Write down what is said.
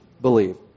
believe